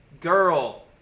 girl